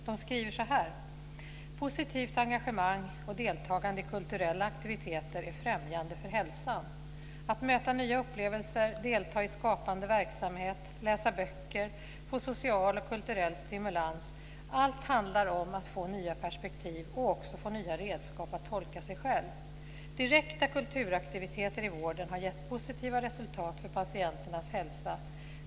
De skriver så här: Positivt engagemang och deltagande i kulturella aktiviteter är främjande för hälsan. Att möta nya upplevelser, delta i skapande verksamhet, läsa böcker, få social och kulturell stimulans - allt handlar om att få nya perspektiv och också få nya redskap att tolka sig själv. Direkta kulturaktiviteter i vården har gett positiva resultat för patienternas hälsa.